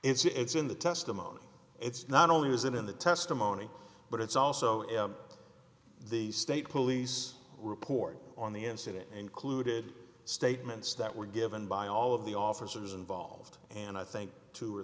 signal it's in the testimony it's not only is it in the testimony but it's also in the state police report on the incident included statements that were given by all of the officers involved and i think two or